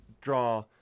draw